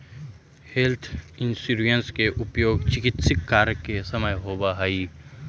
health insurance के उपयोग चिकित्स कार्य के समय होवऽ हई